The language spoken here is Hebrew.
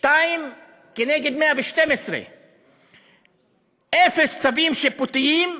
שניים כנגד 112. אפס צווים שיפוטיים,